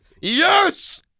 Yes